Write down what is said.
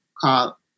call